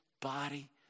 body